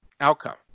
outcome